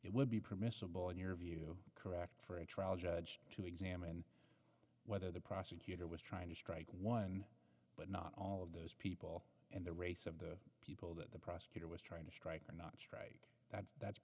it would be permissible in your view correct for a trial judge to examine whether the prosecutor was trying to strike one but not all of those people and the race of the people that the prost trying to strike are not shake that that's